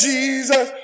Jesus